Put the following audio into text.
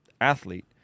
athlete